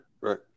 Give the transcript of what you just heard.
Right